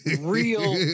real